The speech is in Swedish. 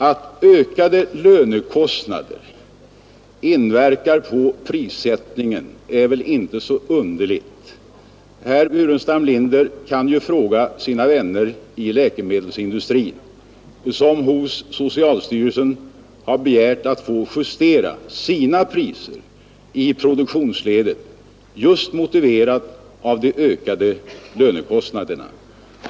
Att ökade lönekostnader inverkar på prissättningen är väl inte så underligt. Herr Burenstam Linder kan ju fråga sina vänner i läkemedelsindustrin, som hos socialstyrelsen har begärt att få justera sina priser i produktionsledet just med de ökade lönekostnaderna som motivering.